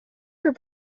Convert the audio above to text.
for